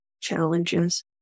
challenges